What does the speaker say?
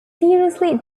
seriously